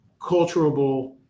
culturable